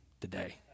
today